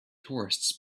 tourists